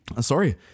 Sorry